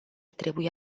trebuie